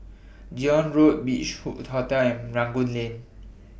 Zion Road Beach Hood Hotel and Rangoon Lane